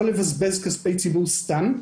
לא לבזבז כספי ציבור סתם.